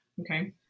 Okay